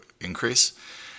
increase